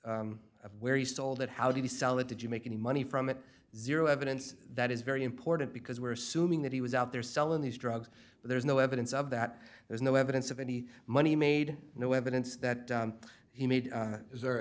of where he sold it how did he sell it did you make any money from it zero evidence that is very important because we're assuming that he was out there selling these drugs but there's no evidence of that there's no evidence of any money made no evidence that he made is the